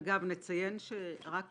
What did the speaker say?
אגב, נציין שרק